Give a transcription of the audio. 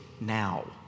now